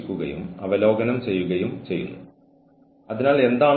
പക്ഷേ എല്ലാവരും എന്തെങ്കിലും പറയുന്നു അല്ലാത്തപക്ഷം ഇതാണ് നിങ്ങളുടെ പ്രശസ്തി